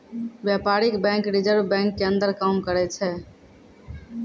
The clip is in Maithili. व्यपारीक बेंक रिजर्ब बेंक के अंदर काम करै छै